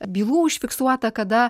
bylų užfiksuota kada